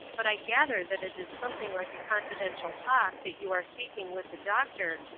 but i gather that it is something like a confidential talk that you are seeking with the doctor,